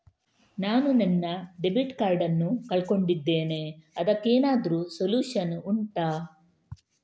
ನಾನು ನನ್ನ debit card ನ್ನು ಕಳ್ಕೊಂಡಿದ್ದೇನೆ ಅದಕ್ಕೇನಾದ್ರೂ ಸೊಲ್ಯೂಷನ್ ಉಂಟಾ